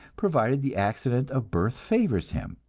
provided the accident of birth favors him,